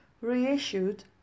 Reissued